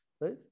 right